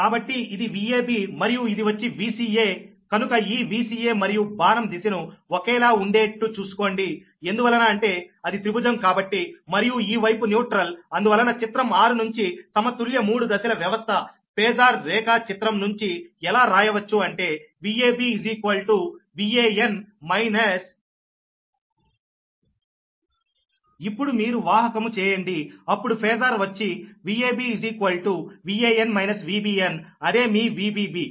కాబట్టి ఇది Vab మరియు ఇది వచ్చి Vca కనుక ఈ Vca మరియు బాణం దిశను ఒకేలా ఉండేట్టు చూసుకోండి ఎందువలన అంటే అది త్రిభుజం కాబట్టి మరియు ఈ వైపు న్యూట్రల్ అందువలన చిత్రం 6 నుంచి సమతుల్య మూడు దశల వ్యవస్థ ఫేజార్ రేఖా చిత్రం నుంచి ఎలా రాయవచ్చు అంటే Vab Van మైనస్ ఇప్పుడు మీరు వాహకము చేయండి అప్పుడు ఫేజార్ వచ్చి Vab Van Vbn అదే మీ Vbb